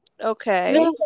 Okay